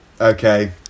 Okay